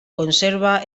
conserva